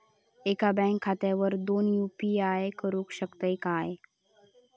एका बँक खात्यावर दोन यू.पी.आय करुक शकतय काय?